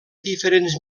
diferents